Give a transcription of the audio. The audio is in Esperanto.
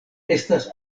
estas